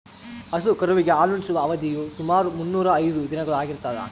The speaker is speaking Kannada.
ಹಸು ಕರುವಿಗೆ ಹಾಲುಣಿಸುವ ಅವಧಿಯು ಸುಮಾರು ಮುನ್ನೂರಾ ಐದು ದಿನಗಳು ಆಗಿರ್ತದ